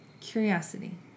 curiosity